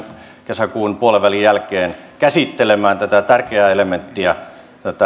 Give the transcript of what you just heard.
kesäkuun puolenvälin jälkeen käsittelemään tätä tärkeää elementtiä tätä